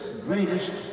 greatest